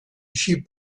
jeep